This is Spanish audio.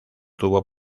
tuvo